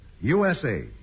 USA